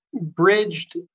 bridged